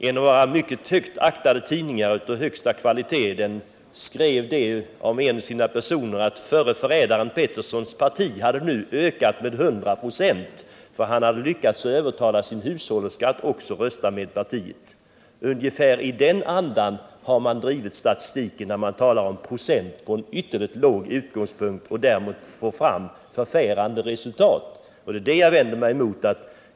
En av våra mycket högt aktade tidningar av högsta kvalitet skrev om en av sina personer, att herr förre förrädaren Peterzohns parti hade nu ökat med 100 2, då han hade lyckats övertala sin hushållerska att också rösta med partiet. Ungefär i den andan har man drivit statistiken när man talar om procent från en ytterligt låg utgångspunkt och därmed får fram förfärande resultat. Det är det jag vänder mig mot.